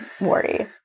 worry